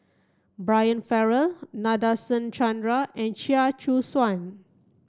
Brian Farrell Nadasen Chandra and Chia Choo Suan